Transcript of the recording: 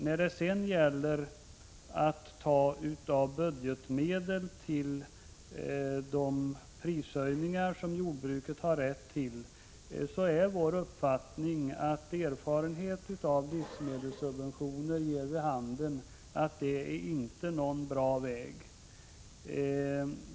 När det sedan gäller frågan om att med budgetmedel täcka en del av de prishöjningar som jordbruket har rätt till är vår erfarenhet att livsmedelssubventioner inte är någon bra väg.